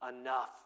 enough